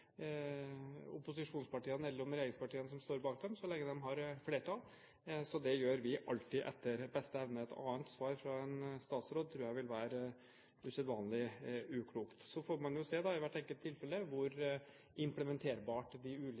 opposisjonspartiene eller om det er regjeringspartiene som står bak dem, så lenge de har flertall. Det gjør vi alltid etter beste evne. Et annet svar fra en statsråd ville vært usedvanlig uklokt. Så får man se i hvert enkelt tilfelle hvor implementerbare de ulike merknadene er.